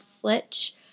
Flitch